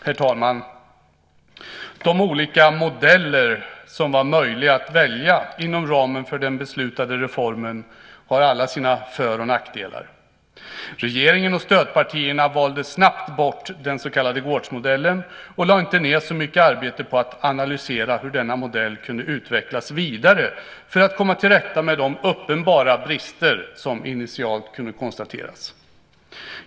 Herr talman! De olika modeller som var möjliga att välja inom ramen för den beslutade reformen har alla sina för och nackdelar. Regeringen och stödpartierna valde snabbt bort den så kallade gårdsmodellen och lade inte ned så mycket arbete på att analysera hur denna modell kunde utvecklas vidare för att komma till rätta med de uppenbara brister som initialt kunde konstateras.